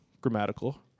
grammatical